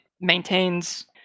maintains